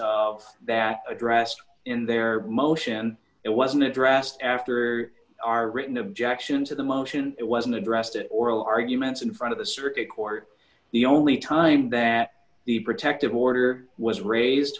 of that addressed in their motion it wasn't addressed after our written objection to the motion it wasn't addressed at oral arguments in front of the circuit court the only time that the protective order was raised